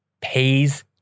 pays